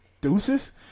Deuces